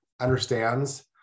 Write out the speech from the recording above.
understands